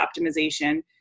optimization